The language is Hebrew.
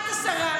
לא היו שרים,